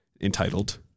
entitled